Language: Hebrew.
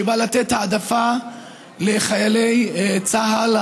שנועד לתת העדפה לחיילי צה"ל,